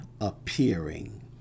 appearing